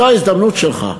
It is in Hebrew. זאת ההזדמנות שלך,